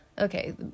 Okay